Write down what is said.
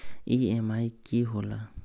EMI की होला?